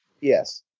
Yes